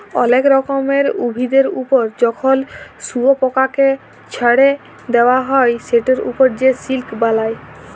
অলেক রকমের উভিদের ওপর যখন শুয়পকাকে চ্ছাড়ে দেওয়া হ্যয় সেটার ওপর সে সিল্ক বালায়